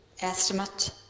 estimate